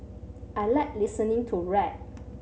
I like listening to rap